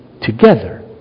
Together